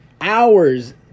hours